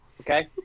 Okay